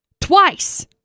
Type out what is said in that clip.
twice